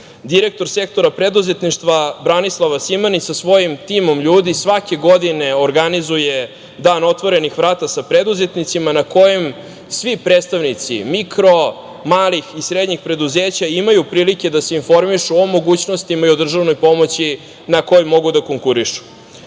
Direktor sektora preduzetništva Branislava Simanić, sa svojim timom ljudi svake godine organizuje dan otvorenih vrata sa preduzetnicima na kojim svi predstavnici mikro, malih i srednjih preduzeća imaju prilike da se informišu o mogućnostima i državnoj pomoći na koju mogu da konkurišu.